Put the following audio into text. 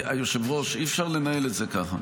היושב-ראש, אי-אפשר לנהל את זה ככה.